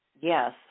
Yes